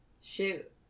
Shoot